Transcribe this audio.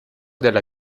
della